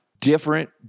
different